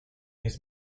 his